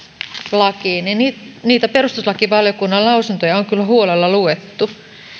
lakiin niin niin niitä perustuslakivaliokunnan lausuntoja on kyllä huolella luettu